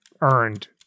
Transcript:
earned